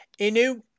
Inu